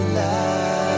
life